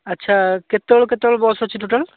ଆଚ୍ଛା କେତେବେଳୁ କେତେବେଳ ବସ୍ ଅଛି ଟୋଟାଲ୍